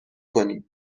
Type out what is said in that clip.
کنیم